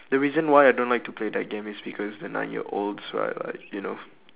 the reason why I don't like to play that game is because the nine year olds right are you know